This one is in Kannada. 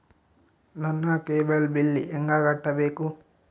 ನನ್ನ ಕೇಬಲ್ ಬಿಲ್ ಹೆಂಗ ಕಟ್ಟಬೇಕು?